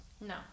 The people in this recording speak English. No